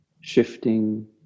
shifting